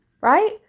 Right